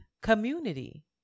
community